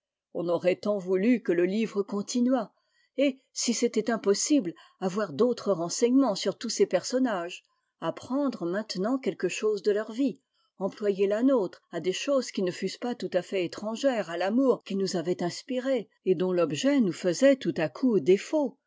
on aurait tant voulu que le livre continuât et si c'était impossible avoir d'autres renseignements sur tous ces personnages apprendre maintenant quelque chose de leur vie employer la nôtre à des choses qui ne fussent pas tout à fait étrangères à l'amour qu'ils nous avaient inspiré et dont l'objet nous faisait tout à coup